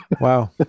Wow